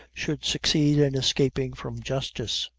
should succeed in escaping from justice.